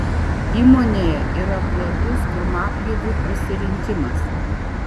įmonėje yra platus krūmapjovių pasirinkimas